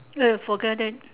eh forget it